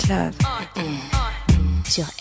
Love